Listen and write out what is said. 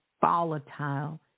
volatile